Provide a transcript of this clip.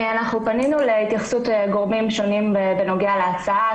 פנינו להתייחסות גורמים שונים בנוגע להצעה,